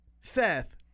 Seth